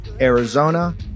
Arizona